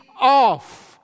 off